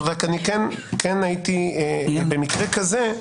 במקרה כזה,